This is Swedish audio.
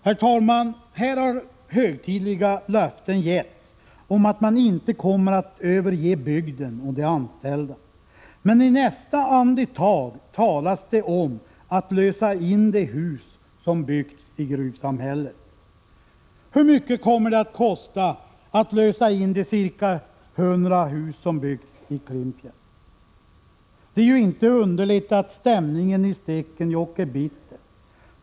Herr talman, här har högtidliga löften givits om att man inte kommer att överge bygden och de anställda, men i nästa andetag talas det om att lösa in de hus som byggts i gruvsamhället. Hur mycket kommer det att kosta att lösa in de ca 100 hus som byggts i Klimpfjäll? Det är inte underligt att stämningen i Stekenjokk är bitter.